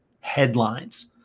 headlines